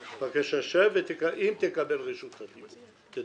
בבקשה, שב ואם תקבל רשות תדבר.